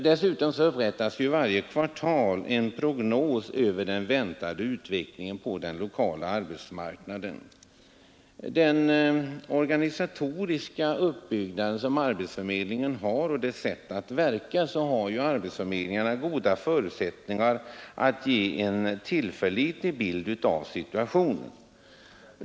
Dessutom upprättas vid arbetsförmedlingarna varje kvartal en prognos över den väntade utvecklingen på den lokala arbetsmarknaden. Med sin organisatoriska uppbyggnad och sitt sätt att verka har arbetsförmedlingarna goda förutsättningar att ge en tillförlitlig bild av situationen.